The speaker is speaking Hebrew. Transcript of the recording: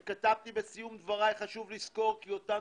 כתבתי בסיום דבריי כך: "חשוב לזכור כי אותן